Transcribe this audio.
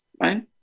right